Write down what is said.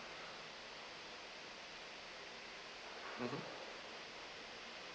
mmhmm